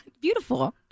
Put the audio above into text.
Beautiful